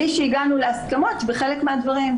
בהבנה המקצועית שנכון לעשות הרחבה של מרכזי ההגנה,